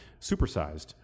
Supersized